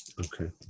Okay